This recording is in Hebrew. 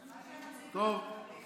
מה שהם מציעים, אנחנו מקבלים.